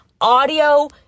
audio